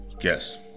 yes